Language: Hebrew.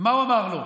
ומה הוא אמר לו?